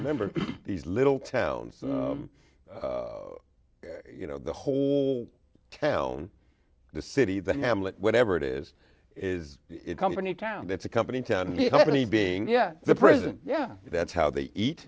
remember these little towns you know the whole town the city the hamlet whatever it is is it company town that's a company town company being yeah the prison yeah that's how they ea